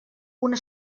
una